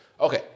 Okay